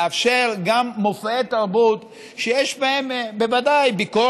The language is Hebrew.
לאפשר גם מופעי תרבות שיש בהם ביקורת,